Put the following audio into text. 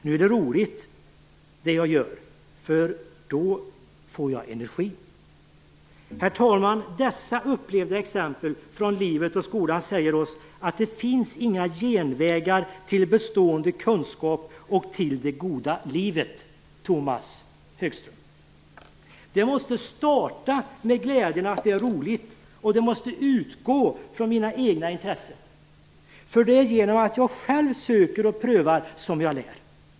Nu är det roligt, det jag gör, då får jag sådan energi. Herr talman! Dessa upplevda exempel från livet och skolan säger oss att det inte finns några genvägar till bestående kunskap och till det goda livet, Tomas Högström. Det måste starta med glädjen och att det är roligt. Det måste utgå från mina egna intressen. För det är genom att jag själv söker och prövar som jag lär.